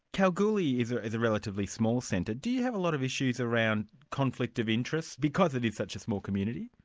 kalgoorlie is ah is a relatively small centre do you have a lot of issues around conflict of interest, because it is such a small community?